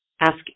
Ask